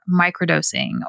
microdosing